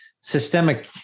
systemic